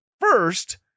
first